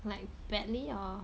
like badly or